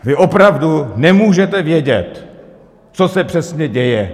Vy opravdu nemůžete vědět, co se přesně děje.